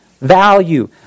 value